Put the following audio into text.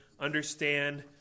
understand